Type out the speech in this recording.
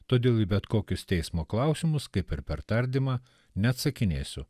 todėl į bet kokius teismo klausimus kaip ir per tardymą neatsakinėsiu